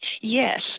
Yes